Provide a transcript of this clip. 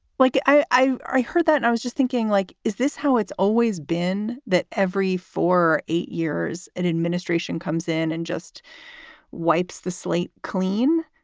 like i i heard that i was just thinking, like, is this how it's always been that every four, eight years an administration comes in and just wipes the slate clean?